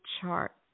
chart